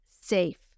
safe